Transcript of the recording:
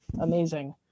amazing